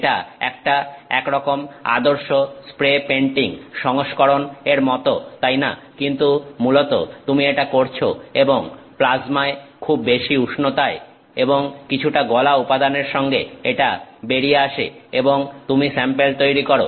এটা একটা একরকম আদর্শ স্প্রে পেইন্টিং সংস্করণ এর মত তাই না কিন্তু মূলত তুমি এটা করছো এবং প্লাজমায় খুব বেশি উষ্ণতায় এবং কিছুটা গলা উপাদানের সঙ্গে এটা বেরিয়ে আসে এবং তুমি স্যাম্পেল তৈরি করো